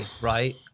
right